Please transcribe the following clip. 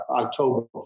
October